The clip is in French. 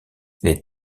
les